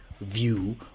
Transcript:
view